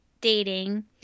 dating